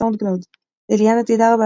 באתר סאונדקלאוד אליאנה תדהר,